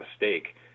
mistake